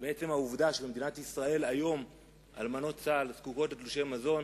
עצם העובדה שבמדינת ישראל היום אלמנות צה"ל זקוקות לתלושי מזון,